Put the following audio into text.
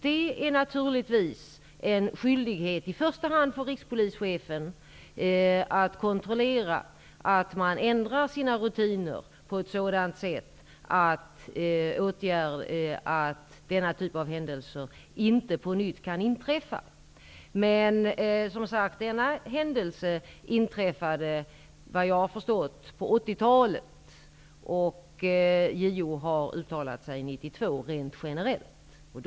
Det är naturligtvis en skyldighet i första hand för rikspolischefen att kontrollera att man ändrar sina rutiner så att denna typ av händelser inte på nytt kan inträffa. Denna händelse inträffade vad jag har förstått på 80-talet, och JO har uttalat sig rent generellt 1992.